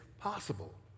possible